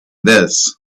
this